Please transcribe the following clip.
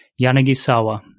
Yanagisawa